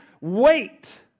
wait